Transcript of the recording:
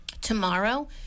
tomorrow